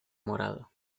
morado